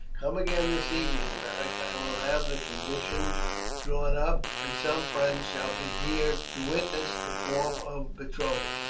come again this evening, beric. i will have the conditions drawn up, and some friends shall be here to witness the form of betrothal.